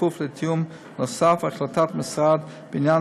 בכפוף לתיאום נוסף והחלטת המשרד בעניין